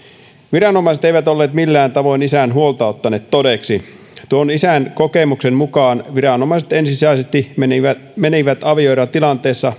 viranomaiset eivät olleet millään tavoin ottaneet isän huolta todesta tuon isän kokemuksen mukaan viranomaiset ensisijaisesti menivät menivät avioerotilanteessa